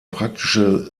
praktische